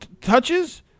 touches –